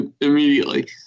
immediately